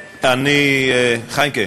חיימק'ה,